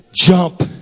jump